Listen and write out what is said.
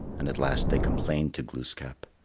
and at last they complained to glooskap.